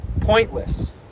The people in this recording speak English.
pointless